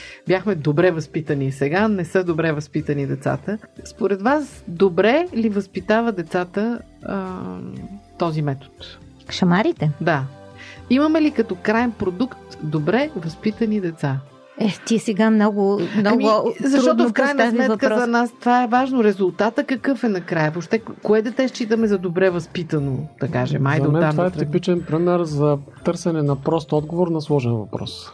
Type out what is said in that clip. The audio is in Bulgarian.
Бяхме добре възпитани, сега не са добре възпитани децата. Според вас, добре ли възпитава децата, ам, този метод? Шамарите? Да. Имаме ли като краен продукт добре възпитани деца? Е, ти сега много, много Ами, защото трудно в крайна постави сметка за въпрос. нас това е важно. Резултата какъв е накрая? Въобще, кое дете считаме за добре възпитано, да кажем? За Айде мен оттам това да е тръгнем. типичен пример за търсене на прост отговор на сложен въпрос.